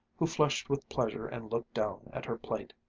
who flushed with pleasure and looked down at her plate.